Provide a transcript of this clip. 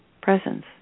presence